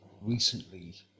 recently